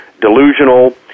delusional